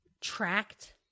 tracked